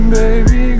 baby